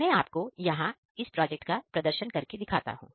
मैं आपको यहां इस प्रोजेक्ट का प्रदर्शन करके दिखाता हूं